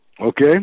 Okay